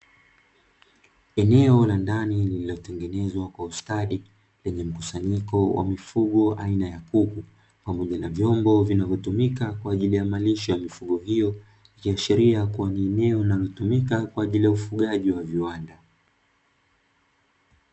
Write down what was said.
Eneo la ndani lililotengenezwa kwa ustadi, lenye mkusanyiko wa mifugo aina ya kuku pamoja na vyombo vinavyotumika kwa ajili ya marisho ya mifugo hiyo, ikuashiria kuwa ni eneo linalotumika kwa ajili ya ufugaji wa viwanda.